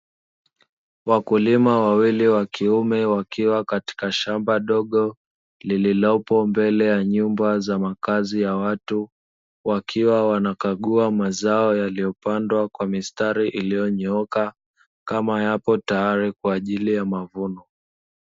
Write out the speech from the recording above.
Wakulima wawili wa kiume wakiwa katika shamba dogo lililopo mbele ya nyumba za makazi ya watu, wakiwa wanakagua mazao yaliyopandwa kwa mistari iliyonyooka kama yapo tayari kwa ajili ya mavuno.